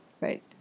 right